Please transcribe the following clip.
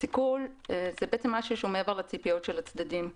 סיכול זה משהו שהוא מעבר לציפיות של הצדדים.